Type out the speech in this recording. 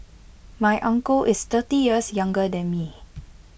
my uncle is thirty years younger than me